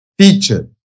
Teacher